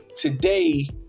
today